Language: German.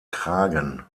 kragen